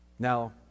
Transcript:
Now